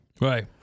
Right